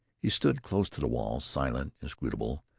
he stood close to the wall, silent, inscrutable,